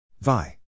Vi